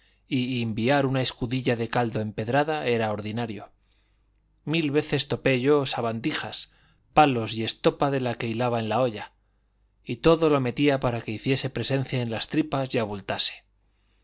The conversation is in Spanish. y inviar una escudilla de caldo empedrada era ordinario mil veces topé yo sabandijas palos y estopa de la que hilaba en la olla y todo lo metía para que hiciese presencia en las tripas y abultase